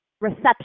Reception